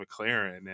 McLaren